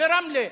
ברמלה.